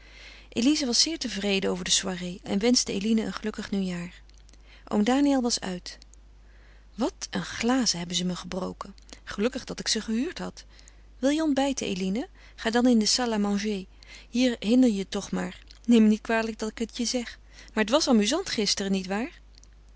elize was zeer tevreden over haar soireé en wenschte eline een gelukkig nieuwjaar oom daniël was uit wat een glazen hebben ze me gebroken gelukkig dat ik ze gehuurd had wil je ontbijten eline ga dan in de salle à manger hier hinder je toch maar neem me niet kwalijk dat ik het je zeg maar het was amuzant gisteren niet waar